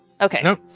Okay